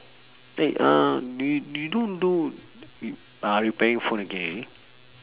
eh uh do you you don't do repairing phone again